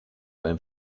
beim